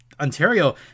Ontario